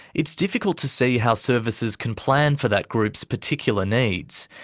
it's difficult to see how services can plan for that group's particular needs.